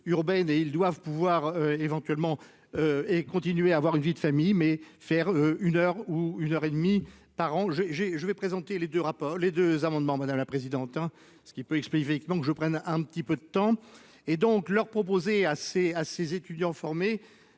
urbaines et ils doivent pouvoir éventuellement. Et continuer à avoir une vie de famille, mais faire une heure ou une heure et demie par an j'ai j'ai je vais présenter les 2 rapports. Les 2 amendements. Madame la présidente. Ce qui peut expliquer que non que je prenne un petit peu de temps et donc leur proposer assez à ses étudiants formés